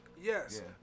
Yes